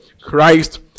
Christ